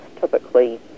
typically